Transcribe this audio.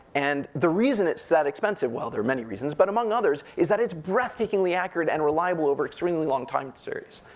and the reason it's that expensive, well, there are many reasons, but among others, is that it's breathtakingly accurate and reliable over extremely long time series.